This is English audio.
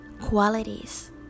qualities